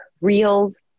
reels